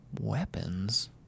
Weapons